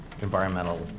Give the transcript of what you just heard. environmental